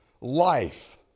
life